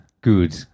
good